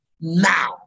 Now